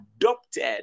adopted